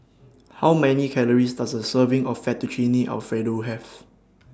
How Many Calories Does A Serving of Fettuccine Alfredo Have